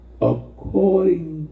according